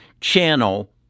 channel